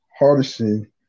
Hardison